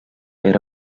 era